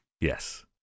Yes